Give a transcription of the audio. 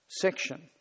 section